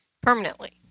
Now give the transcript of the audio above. Permanently